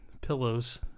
pillows